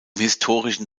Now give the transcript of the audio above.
historischen